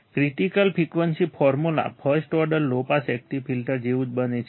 critical frequency formula first order low pass active filter જેવું જ બને છે